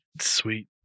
Sweet